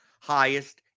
highest